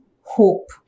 hope